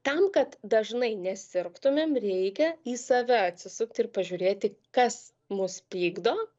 tam kad dažnai nesirgtumėm reikia į save atsisukti ir pažiūrėti kas mus pykdo